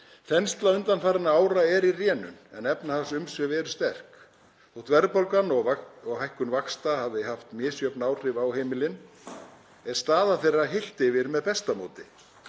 Þensla undanfarinna ára er í rénun en efnahagsumsvif eru sterk. Þótt verðbólgan og hækkun vaxta hafi haft misjöfn áhrif á heimilin er staða þeirra heilt yfir með besta móti.